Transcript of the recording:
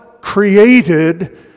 created